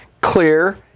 clear